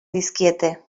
dizkiete